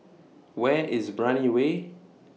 Where IS Brani Way